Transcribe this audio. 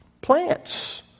Plants